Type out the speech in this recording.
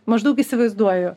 maždaug įsivaizduoju